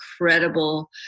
incredible